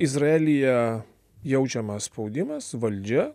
izraelyje jaučiamas spaudimas valdžia